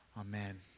Amen